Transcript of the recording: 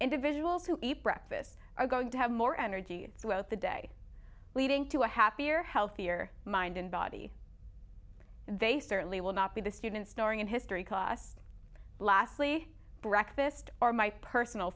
individuals who eat breakfast are going to have more energy throughout the day leading to a happier healthier mind and body they certainly will not be the students storing in history cos lastly breakfast or my personal